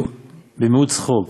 במיעוט שחוק,